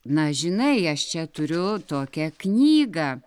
na žinai aš čia turiu tokią knygą